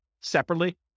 separately